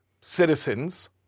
citizens